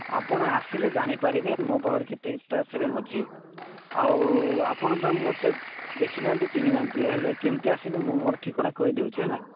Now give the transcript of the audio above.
ଆପଣ ଆସିଲେ ଜାଣିପାରିବେ ମୋ ପାଖରେ କେତେଟା ଫ୍ରେମ ଅଛି ଆଉ ଆପଣ ତ ମୋତେ ଦେଖି ନାହାନ୍ତି ଚିହ୍ନି ନାହାନ୍ତି ହେଲେ କେମିତି ଆସିବେ ମୁଁ ମୋର ଠିକଣା କହି ଦେଉଛି ହେଲା